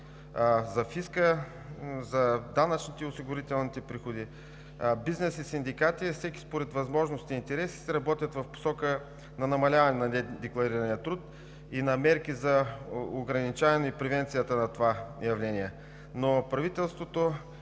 за фиска, за данъчните и социалноосигурителните приходи. Бизнес и синдикати, всеки според възможностите и интересите си, работят в посока на намаляване на недекларирания труд и на мерки за ограничаване и превенцията на това явление. Но правителството